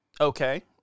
Okay